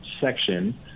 section